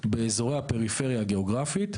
באזורי הפריפריה הגיאוגרפית,